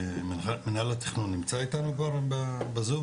מינהל התכנון נמצא איתנו כבר בזום?